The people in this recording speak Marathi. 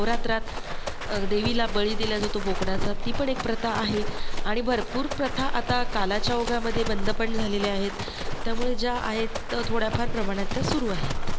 नवरात्रात देवीला बळी दिला जातो बोकडाचा ती पण एक प्रथा आहे आणि भरपूर प्रथा आता कालाच्या ओघामध्ये बंदपण झालेल्या आहेत त्यामुळे ज्या आहेत तर थोड्याफार प्रमाणात त्या सुरू आहेत